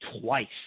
Twice